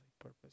purpose